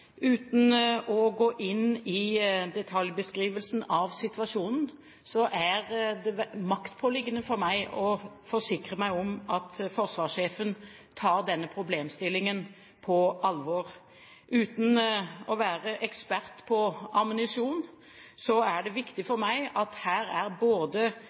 Uten å gå inn i detaljbeskrivelsen av situasjonen er det maktpåliggende for meg å forsikre meg om at forsvarssjefen tar denne problemstillingen på alvor. Uten å være ekspert på ammunisjon er det viktig for meg at her er